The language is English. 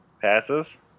passes